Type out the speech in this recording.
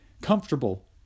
comfortable